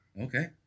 Okay